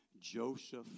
Joseph